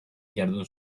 jardun